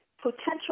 potential